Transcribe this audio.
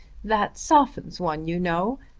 that softens one you know.